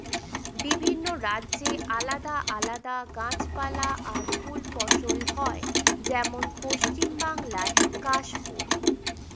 বিভিন্ন রাজ্যে আলাদা আলাদা গাছপালা আর ফুল ফসল হয়, যেমন পশ্চিম বাংলায় কাশ ফুল